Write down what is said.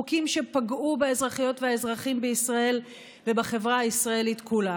חוקים שפגעו באזרחיות והאזרחים בישראל ובחברה הישראלית כולה.